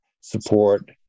support